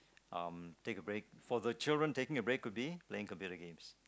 um take a break for the children taking a break will be playing computer games